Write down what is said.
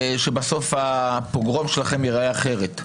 שבסוף הפוגרום שלכם ייראה אחרת.